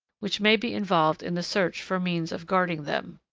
which may be involved in the search for means of guarding them.